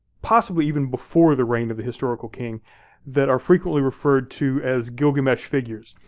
possibly even before the reign of the historical king that are frequently referred to as gilgamesh figures.